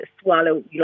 swallow